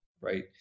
right